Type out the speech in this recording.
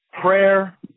prayer